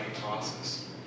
process